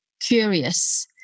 curious